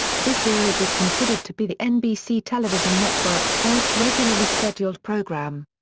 this series is considered to be the nbc television network's first regularly scheduled program.